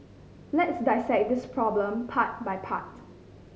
let's dissect this problem part by part